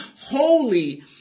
holy